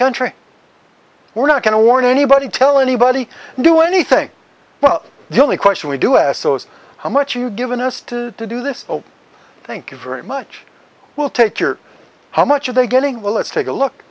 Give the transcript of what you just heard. country we're not going to warn anybody tell anybody do anything well the only question we do asos how much you've given us to do this thank you very much we'll take your how much are they getting well let's take a look